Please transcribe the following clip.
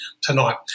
tonight